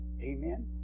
Amen